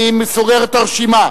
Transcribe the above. אני סוגר את הרשימה.